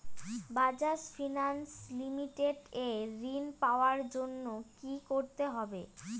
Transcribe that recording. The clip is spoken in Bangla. বাজাজ ফিনান্স লিমিটেড এ ঋন পাওয়ার জন্য কি করতে হবে?